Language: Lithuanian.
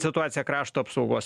situaciją krašto apsaugos